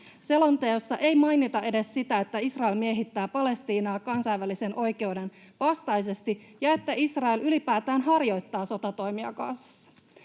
Selonteossa ei mainita edes sitä, että Israel miehittää Palestiinaa kansainvälisen oikeuden vastaisesti tai että Israel ylipäätään harjoittaa sotatoimia Gazassa.